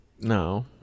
no